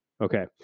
Okay